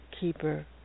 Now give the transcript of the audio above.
keeper